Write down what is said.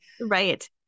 right